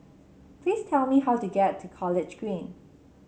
please tell me how to get to College Green